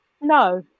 No